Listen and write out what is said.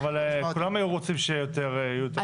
בסדר, אבל כולם היו רוצים שתהיה יותר תחרות.